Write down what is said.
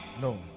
no